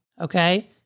Okay